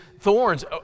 thorns